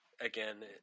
again